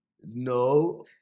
No